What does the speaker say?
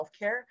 healthcare